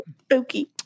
spooky